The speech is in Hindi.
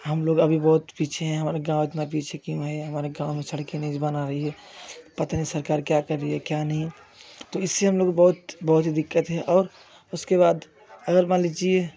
हम लोग अभी बहुत पीछे हैं और गाँव इतना पीछे क्यों है हमारे गाँव में सड़के नहीं बना रही है पता नहीं सरकार क्या कर रही है क्या नहीं तो इससे हम लोग बहुत बहुत ही दिक्कत है और उसके बाद अगर मान लीजिए